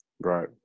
right